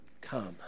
come